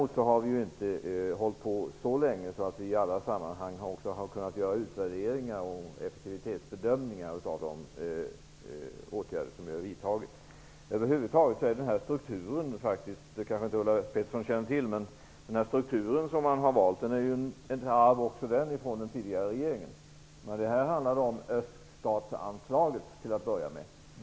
Vi har dock inte hållit på så länge att vi i alla sammanhang har kunnat göra utvärderingar och effektivitetsbedömningar av de åtgärder som vi har vidtagit. Över huvud taget är den struktur som man har valt, Ulla Pettersson känner kanske inte till det, ett arv från den tidigare regeringen. Till att börja med handlade det här om öststatsanslaget.